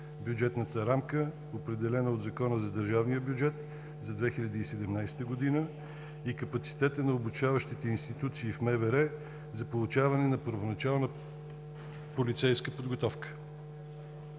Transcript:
бюджетната рамка, определена от Закона за държавния бюджет за 2017 г. и капацитета на обучаващите институции в МВР за получаване на първоначална полицейска подготовка.